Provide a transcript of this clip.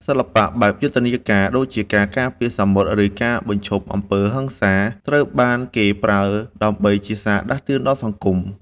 សិល្បៈបែបយុទ្ធនាការ ដូចជាការការពារសមុទ្រ ឬការបញ្ឈប់អំពើហិង្សា ត្រូវបានគេប្រើដើម្បីជាសារដាស់តឿនដល់សង្គម។